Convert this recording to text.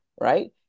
right